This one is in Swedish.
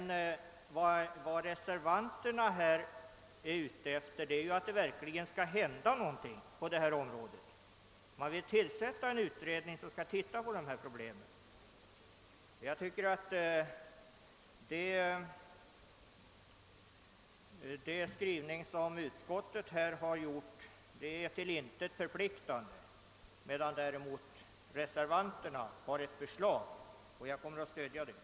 Reservanterna vill att det verkligen skall ske någonting på detta område och önskar tillsätta en utredning som skall granska dessa problem. Jag tycker att utskottets skrivning är till intet förpliktande medan däremot reservanterna har ett förslag, och jag kommer att stödja detta.